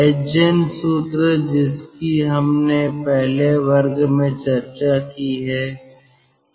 Sgen सूत्र जिसकी हमने अपने पहले वर्ग में चर्चा की है